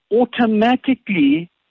automatically